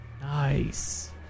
Nice